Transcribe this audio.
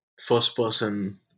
first-person